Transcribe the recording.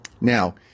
Now